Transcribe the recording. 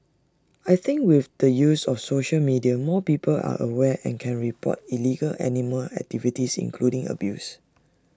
I think with the use of social media more people are aware and can report illegal animal activities including abuse